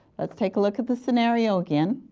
let's take a look at the scenario again.